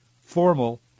formal